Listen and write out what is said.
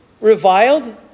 reviled